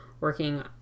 working